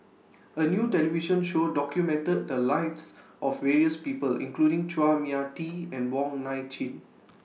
A New television Show documented The Lives of various People including Chua Mia Tee and Wong Nai Chin